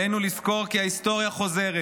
עלינו לזכור כי ההיסטוריה חוזרת,